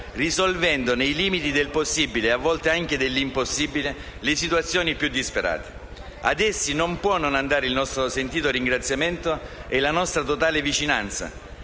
risolvendo nei limiti del possibile, a volte anche dell'impossibile, le situazioni più disperate. Ad essi non può non andare il nostro sentito ringraziamento e la nostra totale vicinanza.